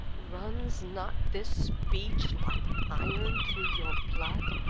runs not this speech like iron through your blood?